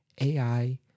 AI